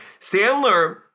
Sandler